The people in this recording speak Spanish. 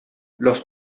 los